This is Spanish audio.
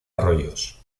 arroyos